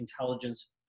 intelligence